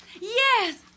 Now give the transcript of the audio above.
Yes